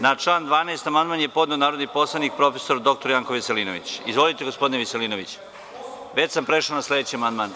Na član 12. amandman je podneo narodni poslanik prof. dr Janko Veselinović. (Balša Božović, sa mesta: Po Poslovniku.) Već sam prešao na sledeći amandman.